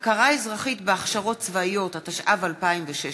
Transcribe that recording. (הכרה אזרחית בהכשרות צבאיות), התשע"ו 2016,